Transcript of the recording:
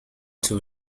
two